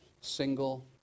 single